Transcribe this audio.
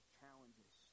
challenges